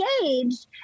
engaged